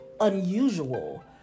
unusual